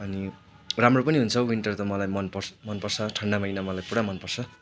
अनि राम्रो पनि हुन्छ विन्टर त मलाई मन पर्छ ठन्डा महिना मलाई पुरा मन पर्छ